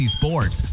sports